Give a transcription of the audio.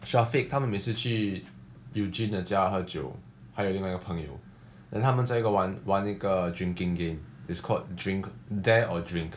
syafiq 他们每次去 eugene 的家喝酒还有另外一个朋友 then 他们在那边玩玩一个 drinking game it's called drink dare or drink